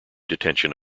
detention